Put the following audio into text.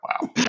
Wow